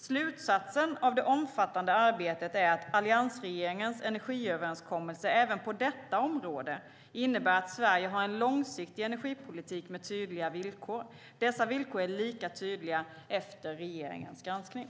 Slutsatsen av det omfattande arbetet är att alliansregeringens energiöverenskommelse även på detta område innebär att Sverige har en långsiktig energipolitik med tydliga villkor. Dessa villkor är lika tydliga efter regeringens granskning.